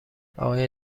آقای